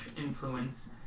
influence